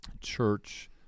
church